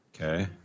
Okay